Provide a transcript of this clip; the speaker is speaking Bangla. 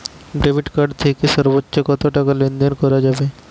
ডেবিট কার্ড থেকে সর্বোচ্চ কত টাকা লেনদেন করা যাবে?